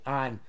on